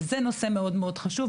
וזה נושא חשוב מאוד.